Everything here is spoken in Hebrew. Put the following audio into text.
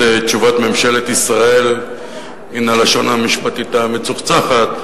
תשובת ממשלת ישראל מן הלשון המשפטית המצוחצחת,